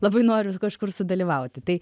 labai noriu kažkur sudalyvauti tai